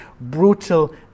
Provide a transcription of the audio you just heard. brutal